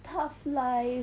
tough life